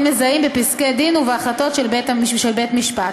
מזהים בפסקי דין ובהחלטות של בית משפט.